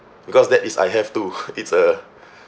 because that is I have to it's a